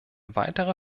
weitere